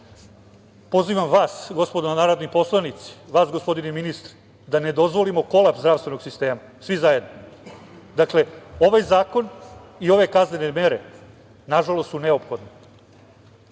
pozivam vas, gospodo narodni poslanici, vas gospodine ministre, da ne dozvolimo kolaps zdravstvenog sistema, svi zajedno. Dakle, ovaj zakon i ove kaznene mere, nažalost, su neophodne. Ono